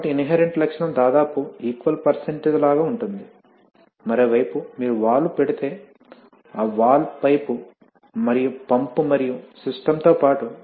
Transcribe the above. కాబట్టి ఇన్హెరెంట్ లక్షణం దాదాపు ఈక్వల్ పెర్సెంటేజ్ లాగా ఉంటుంది మరోవైపు మీరు వాల్వ్ పెడితే ఆ వాల్వ్ పైపు మరియు పంపు మరియు సిస్టమ్ తో పాటు